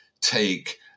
take